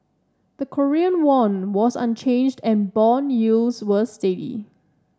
the Korean won was unchanged and bond yields were steady